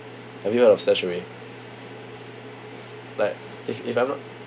have you heard of StashAway but if if I'm not